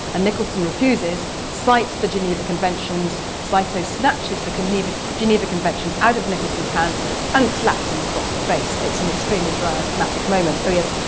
and nicholson refuses, cites the geneva conventions, saito snatches the geneva geneva conventions out of nicholson's hand and slaps him across the face. it's an extremely dramatic moment. oh yes,